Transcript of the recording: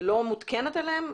לא מותקנת עליהן?